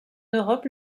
europe